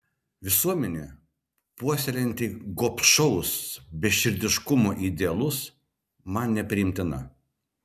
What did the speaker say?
visuomenė puoselėjanti gobšaus beširdiškumo idealus man nepriimtina